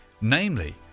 Namely